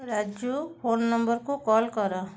Raju phone ନମ୍ବରକୁ call କର